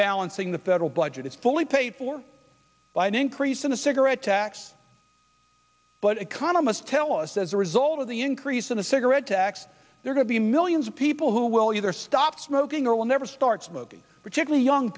balancing the federal budget is fully paid for by an increase in the cigarette tax but economists tell us as a result of the increase in the cigarette tax there could be millions of people who will either stop smoking or will never start smoking particularly young